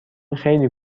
خیلی